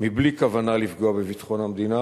מבלי כוונה לפגוע בביטחון המדינה,